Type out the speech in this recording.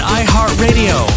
iHeartRadio